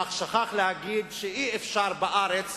אך שכח להגיד שאי-אפשר בארץ